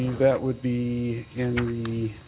that would be in the